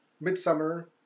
Midsummer